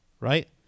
right